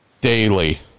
daily